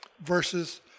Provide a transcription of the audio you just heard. versus